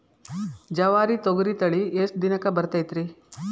ಜವಾರಿ ತೊಗರಿ ತಳಿ ಎಷ್ಟ ದಿನಕ್ಕ ಬರತೈತ್ರಿ?